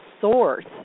source